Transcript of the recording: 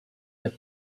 that